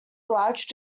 large